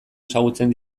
ezagutzen